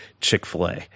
Chick-fil-A